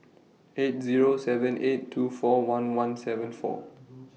eight Zero seven eight two four one one seven four